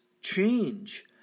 change